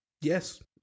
Yes